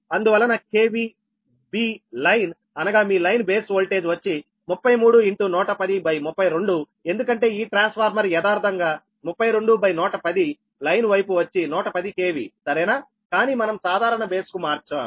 అందువలన B line అనగా మీ లైన్ బేస్ వోల్టేజ్ వచ్చి 33 11032ఎందుకంటే ఈ ట్రాన్స్ఫార్మర్ యదార్ధంగా 32110 లైను వైపు వచ్చి 110 KV సరేనా కానీ మనం సాధారణ బేస్ కు మార్చాము